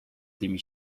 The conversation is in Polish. tymi